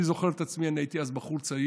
אני זוכר את עצמי, אני הייתי אז בחור צעיר,